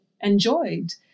enjoyed